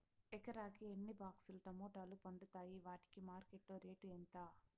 ఎకరాకి ఎన్ని బాక్స్ లు టమోటాలు పండుతాయి వాటికి మార్కెట్లో రేటు ఎంత?